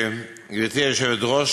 גברתי היושבת-ראש,